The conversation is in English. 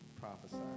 prophesied